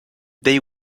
they